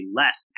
less